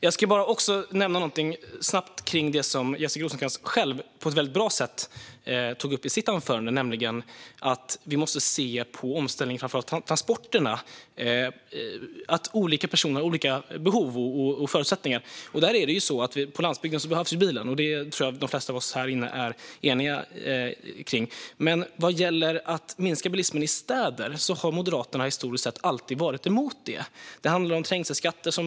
Jag ska också nämna något om det som Jessica Rosencrantz själv på ett väldigt bra sätt tog upp i sitt anförande, nämligen att vi måste se på omställningen av framför allt transporterna. Olika personer har olika behov och förutsättningar. På landsbygden behövs bilen. Det tror jag att de flesta av oss här inne är eniga om. Men att minska bilismen i städer har Moderaterna nästan alltid varit emot.